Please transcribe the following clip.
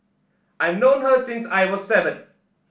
I've known her since I was seven